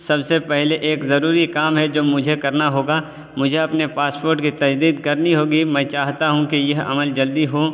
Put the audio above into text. سب سے پہلے ایک ضروری کام ہے جو مجھے کرنا ہوگا مجھے اپنے پاسپورٹ کی تجدید کرنی ہوگی میں چاہتا ہوں کہ یہ عمل جلدی ہو